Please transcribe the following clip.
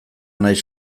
naiz